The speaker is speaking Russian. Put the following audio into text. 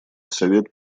совет